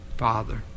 father